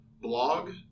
blog